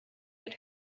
had